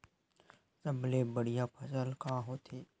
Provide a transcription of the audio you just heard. सबले बढ़िया फसल का होथे?